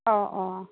অঁ অঁ